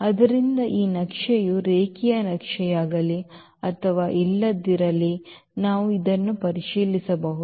ಆದ್ದರಿಂದ ಈ ನಕ್ಷೆಯು ರೇಖೀಯ ನಕ್ಷೆಯಾಗಲಿ ಅಥವಾ ಇಲ್ಲದಿರಲಿ ನಾವು ಇದನ್ನು ಪರಿಶೀಲಿಸಬಹುದು